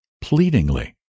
pleadingly